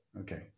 okay